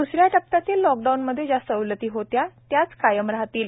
द्सऱ्या टप्प्यातील लॉकडाऊनमध्ये ज्या सवलती होत्या त्याच कायम राहतील